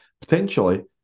potentially